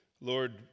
Lord